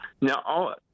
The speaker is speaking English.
Now